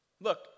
Look